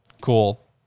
cool